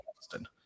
Austin